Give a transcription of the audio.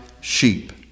sheep